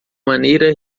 maneira